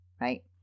right